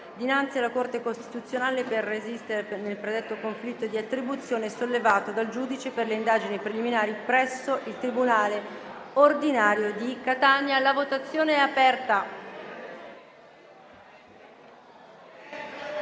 dinanzi alla Corte costituzionale per resistere nel predetto conflitto di attribuzione sollevato dal giudice per le indagini preliminari presso il tribunale ordinario di Catania. *(Segue la